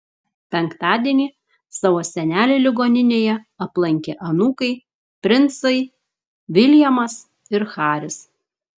penktadienį savo senelį ligoninėje aplankė anūkai princai viljamas ir haris